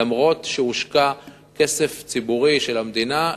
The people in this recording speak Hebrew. אף-על-פי שהושקע כסף ציבורי של המדינה,